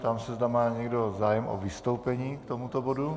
Ptám se, zda má někdo zájem o vystoupení k tomuto bodu.